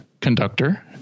conductor